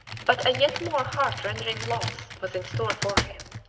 but a yet more heart-rending loss was in store for him.